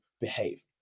behave